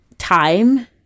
time